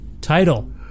title